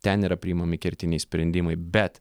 ten yra priimami kertiniai sprendimai bet